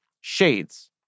shades